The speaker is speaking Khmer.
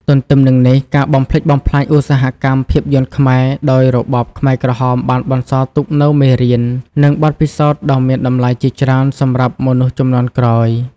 ទន្ទឹមនឹងនេះការបំផ្លិចបំផ្លាញឧស្សាហកម្មភាពយន្តខ្មែរដោយរបបខ្មែរក្រហមបានបន្សល់ទុកនូវមេរៀន និងបទពិសោធន៍ដ៏មានតម្លៃជាច្រើនសម្រាប់មនុស្សជំនាន់ក្រោយ។